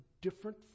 different